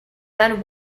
then